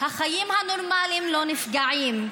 החיים הנורמליים לא נפגעים.